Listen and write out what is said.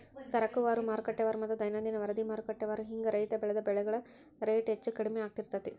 ಸರಕುವಾರು, ಮಾರುಕಟ್ಟೆವಾರುಮತ್ತ ದೈನಂದಿನ ವರದಿಮಾರುಕಟ್ಟೆವಾರು ಹಿಂಗ ರೈತ ಬೆಳಿದ ಬೆಳೆಗಳ ರೇಟ್ ಹೆಚ್ಚು ಕಡಿಮಿ ಆಗ್ತಿರ್ತೇತಿ